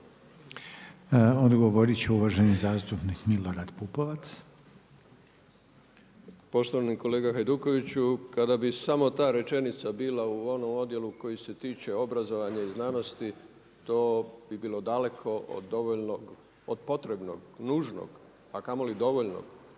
Odgovorit će uvaženi zastupnik Milorad Pupovac. **Pupovac, Milorad (SDSS)** Poštovani kolega Hajdukoviću, kada bi samo ta rečenica bila u onom odjelu koji se tiče obrazovanja i znanosti to bi bilo daleko od dovoljnog, od potrebnog, nužnog a kamoli dovoljnog